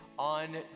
On